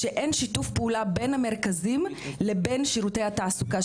שאין שיתוף פעולה בין המרכזים לבין שרותי התעסוקה.